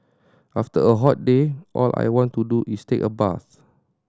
after a hot day all I want to do is take a bath